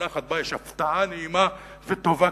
שמונחת בה יש הפתעה נעימה וטובה,